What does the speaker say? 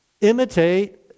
imitate